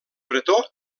bretó